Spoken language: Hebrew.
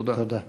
תודה.